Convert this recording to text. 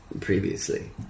previously